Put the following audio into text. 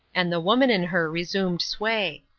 and the woman in her resumed sway.